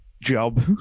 job